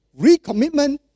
recommitment